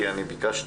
אני ביקשתי,